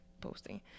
posting